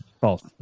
False